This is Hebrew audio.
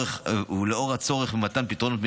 ולאור הצורך במתן פתרונות מהירים,